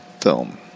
film